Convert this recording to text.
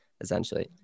essentially